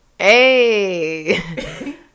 Hey